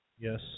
Yes